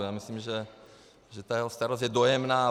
Já myslím, ta jeho starost je dojemná.